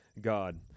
God